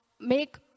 Make